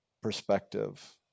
perspective